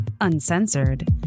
uncensored